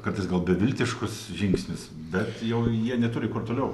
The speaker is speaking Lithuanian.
kartais gal beviltiškas žingsnis bet jau jie neturi kur toliau